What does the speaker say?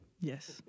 Yes